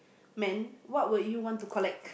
man what will you want to collect